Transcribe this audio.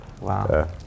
Wow